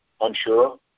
unsure